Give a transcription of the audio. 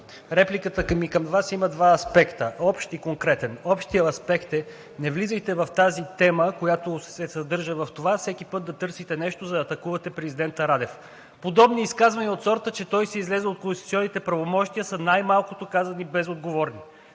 репликата ми към Вас има два аспекта – общ и конкретен. Общият аспект е: не влизайте в тази тема, която се съдържа в това всеки път да търсите нещо, за да атакувате президента Радев. Подобни изказвания от сорта, че той си е излязъл от конституционните правомощия са най-малкото казани безотговорно.